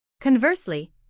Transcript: Conversely